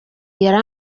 yari